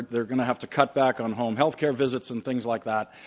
they are going to have to cut back on home healthcare visits and things like that.